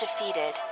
defeated